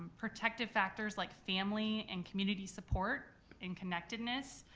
protective factors like family and community support and connectedness,